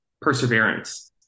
perseverance